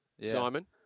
Simon